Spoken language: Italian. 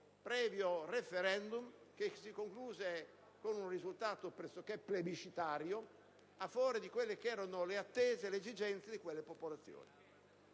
previo *referendum,* che si concluse con un risultato pressoché plebiscitario a favore delle attese e delle esigenze di quelle popolazioni.